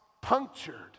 punctured